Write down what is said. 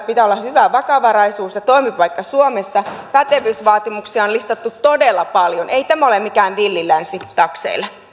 pitää olla hyvä vakavaraisuus ja toimipaikka suomessa pätevyysvaatimuksia on listattu todella paljon ei tämä ole mikään villi länsi takseille